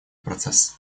процесса